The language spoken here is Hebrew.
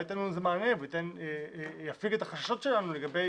אולי הוא ייתן לנו מענה ויפיג את החששות שלנו לגבי